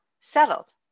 settled